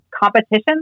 competition